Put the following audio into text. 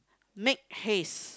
make haste